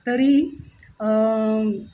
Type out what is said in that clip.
तर्हि